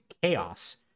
Chaos